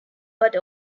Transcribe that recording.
but